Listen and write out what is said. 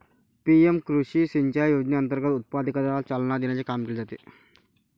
PM कृषी सिंचाई योजनेअंतर्गत उत्पादकतेला चालना देण्याचे काम केले जाते